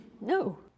no